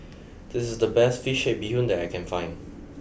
this is the best Fish Head Bee Hoon that I can find